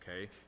Okay